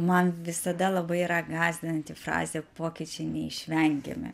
man visada labai yra gąsdinanti frazė pokyčiai neišvengiami